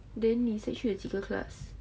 then 你 sec three 有几个 class